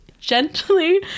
gently